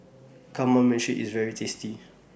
Kamameshi IS very tasty